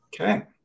Okay